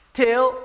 till